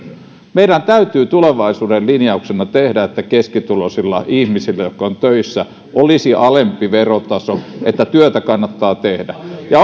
meidän täytyy tulevaisuuden linjauksemme tehdä että keskituloisilla ihmisillä jotka ovat töissä olisi alempi verotaso että työtä kannattaa tehdä ja